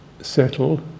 settle